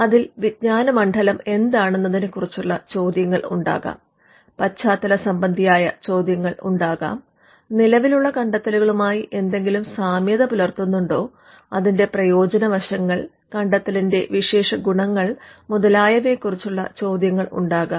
അതിൽ വിജ്ഞാന മണ്ഡലം എന്താണെന്നതിനെ കുറിച്ചുള്ള ചോദ്യങ്ങൾ ഉണ്ടാകാം പശ്ചാത്തലസംബന്ധിയായ ചോദ്യങ്ങൾ ഉണ്ടാകാം നിലവിലുള്ള കണ്ടെത്തലുകളുമായി എന്തെങ്കിലും സാമ്യത പുലർത്തുന്നുണ്ടോ അതിന്റെ പ്രയോജന വശങ്ങൾ കണ്ടത്തെലിന്റെ വിശേഷ ഗുണങ്ങൾ മുതലായവയെ കുറിച്ചുള്ള ചോദ്യങ്ങൾ ഉണ്ടാകാം